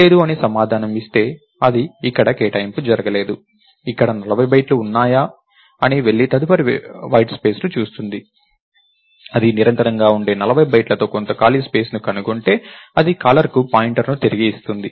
లేదు అని సమాధానం ఇస్తే అది అక్కడ కేటాయింపు జరగలేదు అక్కడ 40 బైట్లు ఉన్నాయా అని వెళ్లి తదుపరి వైట్స్పేస్ను చూస్తుంది అది నిరంతరంగా ఉండే 40 బైట్లతో కొంత ఖాళీ స్పేస్ ని కనుగొంటే అది కాలర్కు పాయింటర్ను తిరిగి ఇస్తుంది